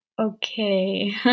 okay